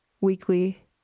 weekly